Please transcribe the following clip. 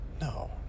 No